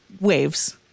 waves